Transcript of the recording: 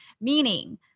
meaning